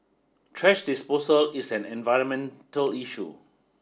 thrash disposal is an environmental issue